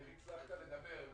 איך הצלחת לדבר איתם?